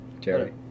Jerry